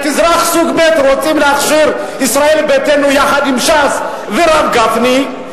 את אזרח סוג ב' רוצים להכשיר ישראל ביתנו יחד עם ש"ס והרב גפני.